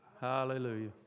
Hallelujah